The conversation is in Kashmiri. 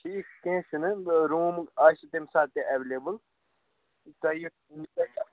ٹھیٖک چھُ کیٚنٛہہ چھُنہٕ روٗم آسہِ تَمہِ ساتہٕ تہِ ایٚوِِلِیبُل تۅہہِ یہِ